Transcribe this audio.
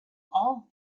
all